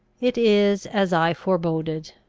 it is as i foreboded.